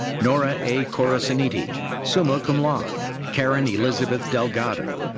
nora a. corasaniti, summa cum laude. karen elizabeth delgado.